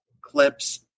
Clips